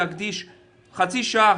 להקדיש חצי שעה,